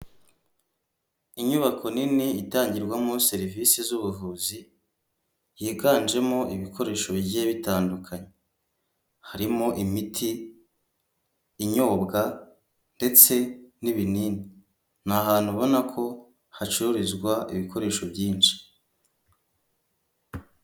Inyubako nini itangirwamo serivisi z'ubuvuzi, higanjemo ibikoresho bigiye bitandukanye, harimo imiti inyobwa ndetse n'ibinini, ni ahantu ubona ko hacururizwa ibikoresho byinshi.